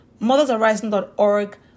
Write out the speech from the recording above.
Mothersarising.org